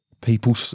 people